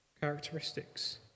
characteristics